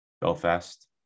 Belfast